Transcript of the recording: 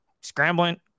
scrambling